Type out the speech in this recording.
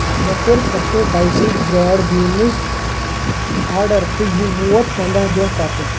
مےٚ کوٚر fresh diced broad beans order تہٕ یہِ ووت پَنٛداہ دۄہ پتہٕ